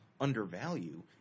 undervalue